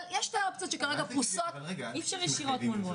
אבל יש את האופציות שכרגע פרושות --- אי-אפשר ישירות מול וולט.